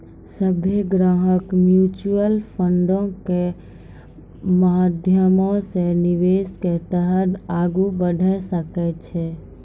सभ्भे ग्राहक म्युचुअल फंडो के माध्यमो से निवेश के तरफ आगू बढ़ै सकै छै